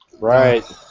Right